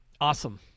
Awesome